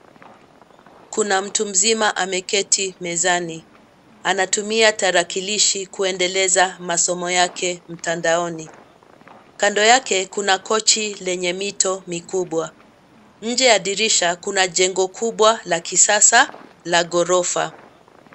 Kuna mtu mzima ameketi mezani, anatumia tarakilishi kuendeleza masomo yake mtandaoni, kando yake kuna kochi lenye mito mikubwa, nje ya dirisha kuna jengo kubwa la kisasa la ghorofa.